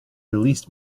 released